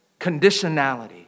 Conditionality